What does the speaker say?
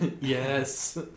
yes